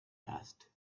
asked